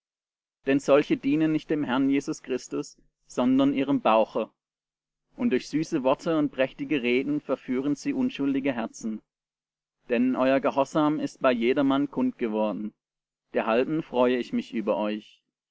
denn solche dienen nicht dem herrn jesus christus sondern ihrem bauche und durch süße worte und prächtige reden verführen sie unschuldige herzen denn euer gehorsam ist bei jedermann kund geworden derhalben freue ich mich über euch